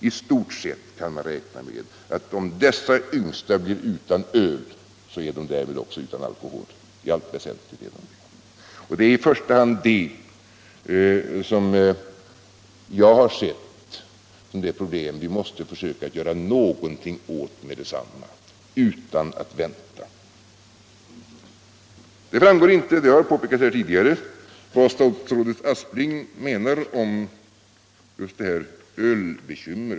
I stort sett kan man räkna med att dessa ungdomar om de blir utan öl därmed också i allt väsentligt är utan alkohol. Det är i första hand det som jag har sett som det problem vi måste försöka göra något åt omedelbart, utan att vänta. Det framgår inte — det har jag påpekat här tidigare — vad statsrådet Aspling menar om just detta ölbekymmer.